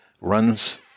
runs